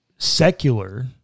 secular